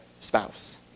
spouse